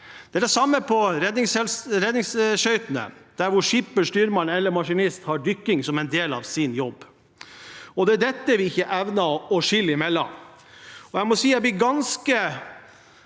Det er det samme på redningsskøytene: Skipper, styrmann eller maskinist har dykking som en del av sin jobb. Det er dette vi ikke evner å skille mellom. Jeg blir ganske